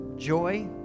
joy